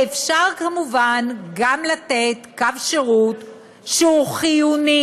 ואפשר כמובן גם לתת קו שירות שהוא חיוני